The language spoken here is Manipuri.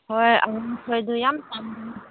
ꯍꯣꯏ ꯑꯉꯥꯡꯈꯣꯏꯗꯨ ꯌꯥꯝ ꯄꯥꯝꯕꯅꯤ